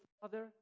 Father